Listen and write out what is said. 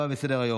אין נמנעים.